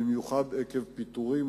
במיוחד עקב פיטורים.